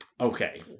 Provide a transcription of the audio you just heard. Okay